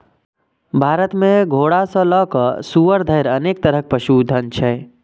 भारत मे घोड़ा सं लए कए सुअर धरि अनेक तरहक पशुधन छै